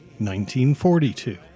1942